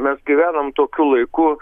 mes gyvenam tokiu laiku